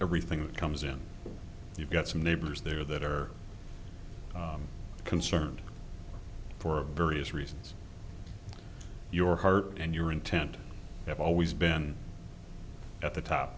everything that comes in you've got some neighbors there that are concerned for various reasons your heart and your intent have always been at the top